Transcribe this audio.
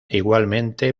igualmente